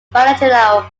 barrichello